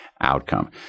outcome